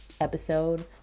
episode